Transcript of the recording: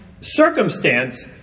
circumstance